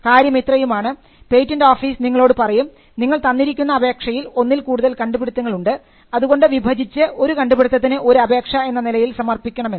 കാര്യം ഇത്രയുമാണ് patent office നിങ്ങളോട് പറയും നിങ്ങൾ തന്നിരിക്കുന്ന അപേക്ഷയിൽ ഒന്നിൽ കൂടുതൽ കണ്ടുപിടുത്തങ്ങൾ ഉണ്ട് അതുകൊണ്ട് വിഭജിച്ചു ഒരു കണ്ടുപിടുത്തത്തിന് ഒരു അപേക്ഷ എന്ന നിലയിൽ സമർപ്പിക്കണം എന്ന്